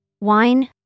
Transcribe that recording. Wine